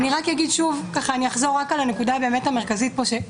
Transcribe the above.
אני אחזור על הנקודה המרכזית פה.